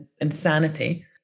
insanity